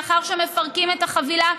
לאחר שמפרקים את החבילה,